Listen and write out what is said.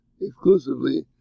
exclusively